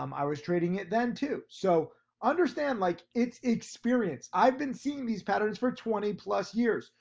um i was trading it then too. so understand, like, it's experience, i've been seeing these patterns for twenty plus years,